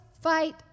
fight